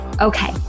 Okay